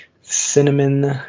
cinnamon